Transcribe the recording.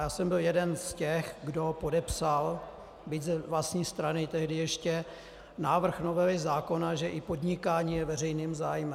Já jsem byl jeden z těch, kdo podepsal, byť z vlastní strany tehdy ještě, návrh novely zákona, že i podnikání je veřejným zájmem.